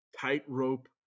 tightrope